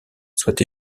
soient